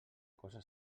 cosa